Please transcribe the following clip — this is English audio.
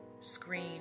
screen